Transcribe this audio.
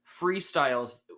freestyles